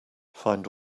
find